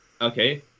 Okay